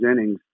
innings